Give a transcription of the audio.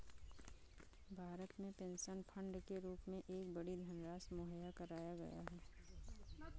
भारत में pension fund के रूप में एक बड़ी धनराशि मुहैया कराया गया है